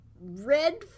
red